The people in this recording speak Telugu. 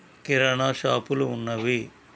కిరాణా షాపులు ఉన్నవి